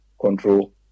control